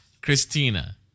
Christina